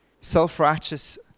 self-righteous